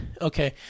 okay